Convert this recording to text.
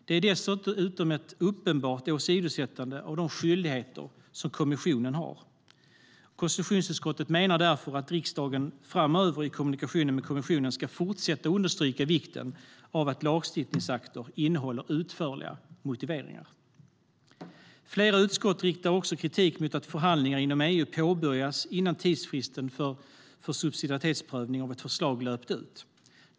Det är dessutom ett uppenbart åsidosättande av de skyldigheter som kommissionen har. Konstitutionsutskottet menar därför att riksdagen framöver i kommunikationen med kommissionen ska fortsätta att understryka vikten av att lagstiftningsakter innehåller utförliga motiveringar. Flera utskott riktar också kritik mot att förhandlingar inom EU påbörjas innan tidsfristen för subsidiaritetsprövning av ett förslag löpt ut.